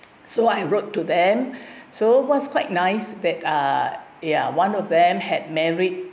so I wrote to them so was quite nice but uh ya one of them had married